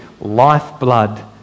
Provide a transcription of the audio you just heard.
lifeblood